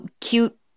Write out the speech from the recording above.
cute